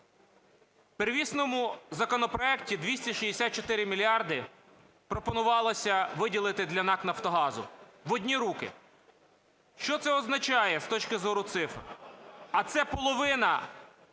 В первісному законопроекті 264 мільярди пропонувалося виділити для НАК "Нафтогазу" в одні руки. Що це означає з точки зору цифр? А це половина